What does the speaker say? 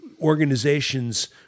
organizations